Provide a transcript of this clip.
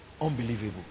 Unbelievable